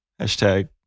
Hashtag